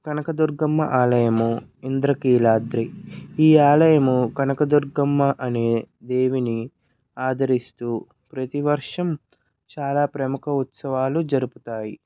కనక దుర్గమ్మ ఆలయము ఇంద్రకీలాద్రి ఈ ఆలయము కనకదుర్గమ్మ అనే దేవిని ఆదరిస్తూ ప్రతి వర్షం చాలా ప్రముఖ ఉత్సవాలు జరుపుతాయి